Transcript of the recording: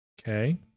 Okay